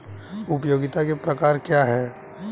उपयोगिताओं के प्रकार क्या हैं?